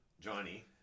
Johnny